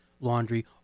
laundry